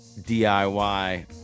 DIY